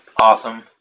Awesome